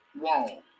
Wall